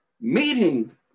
meeting